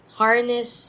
harness